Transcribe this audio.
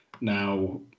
Now